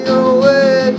away